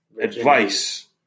advice